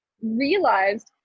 realized